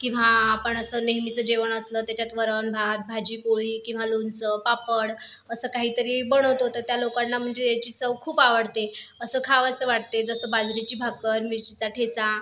किंवा आपण असं नेहमीचं जेवण असलं त्याच्यात वरण भात भाजी पोळी किंवा लोणचं पापड असं काहीतरी बनवतो तर त्या लोकांना म्हणजे त्याची चव खूप आवडते असं खावंसं वाटते जसं बाजरीची भाकरी मिरचीचा ठेचा